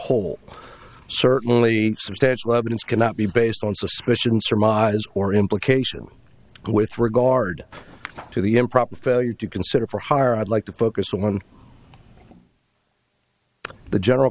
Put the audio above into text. whole certainly substantial evidence cannot be based on suspicion surmise or implication with regard to the improper failure to consider for hire i'd like to focus on the general